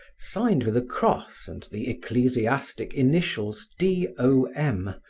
signed with a cross and the ecclesiastic initials d o m,